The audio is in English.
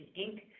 Inc